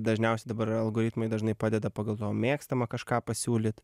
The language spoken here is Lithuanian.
dažniausiai dabar algoritmai dažnai padeda pagal tavo mėgstamą kažką pasiūlyt